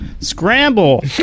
Scramble